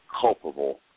culpable